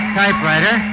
typewriter